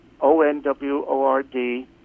O-N-W-O-R-D